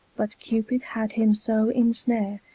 but cupid had him so in snare,